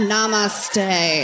Namaste